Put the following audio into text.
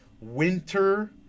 winter